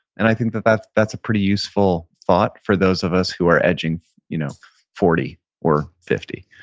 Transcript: and i think that that's that's a pretty useful thought for those of us who are edging you know forty or fifty